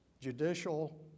judicial